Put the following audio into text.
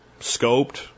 scoped